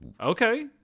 Okay